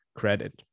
credit